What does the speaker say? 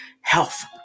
health